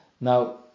Now